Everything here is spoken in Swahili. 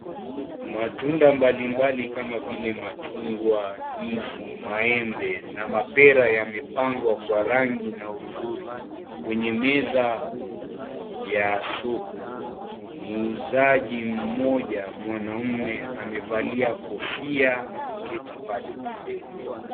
Matunda mbali mbali kama vile machungwa, ndizi, maembe, na mapera yamepangwa kwa rangi na uzuri kwenye meza ya zuku, muuzaji mmoja mwanaume amevalia kofia ameketi pale pembeni.